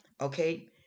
Okay